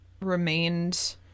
remained